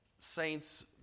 Saints